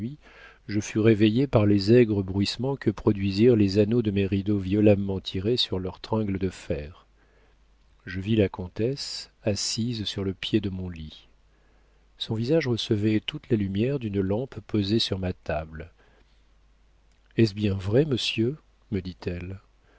je fus réveillé par les aigres bruissements que produisirent les anneaux de mes rideaux violemment tirés sur leurs tringles de fer je vis la comtesse assise sur le pied de mon lit son visage recevait toute la lumière d'une lampe posée sur ma table est-ce bien vrai monsieur me dit-elle